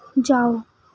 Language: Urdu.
جاؤ